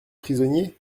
prisonniers